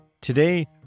Today